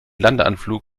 landeanflug